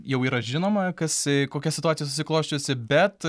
jau yra žinoma kas kokia situacija susiklosčiusi bet